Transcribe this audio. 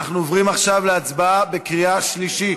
אנחנו עוברים עכשיו להצבעה בקריאה שלישית.